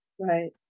Right